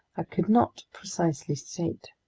i could not precisely state.